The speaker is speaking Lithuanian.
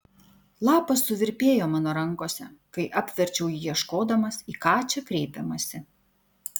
lapas suvirpėjo mano rankose kai apverčiau jį ieškodamas į ką čia kreipiamasi